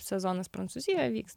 sezonas prancūzijoj vyks